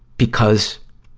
because,